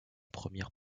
première